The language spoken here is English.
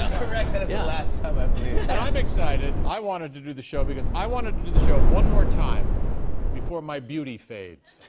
kind of yeah um ah i'm excited. i wanted to do the show because i wanted to do the show one more time before my beauty fades.